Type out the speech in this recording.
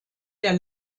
der